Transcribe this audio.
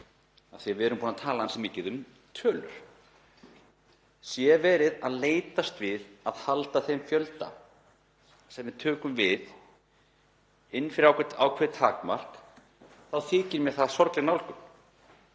að við erum búin að tala mikið um tölur? Sé verið að leitast við að halda þeim fjölda sem við tökum við fyrir innan eitthvert ákveðið takmark þá þykir mér það sorgleg nálgun.